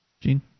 Gene